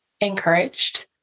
encouraged